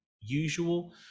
usual